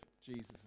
Jesus